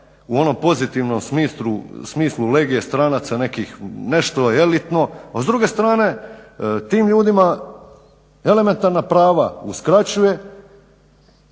u onom pozitivnom smislu legije stranaca, nešto elitno a s druge strane tim ljudima elementarna prava uskraćuje.